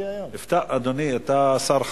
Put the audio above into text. אדוני, אתה שר חרוץ,